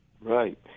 Right